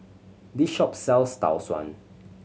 this shop sells Tau Suan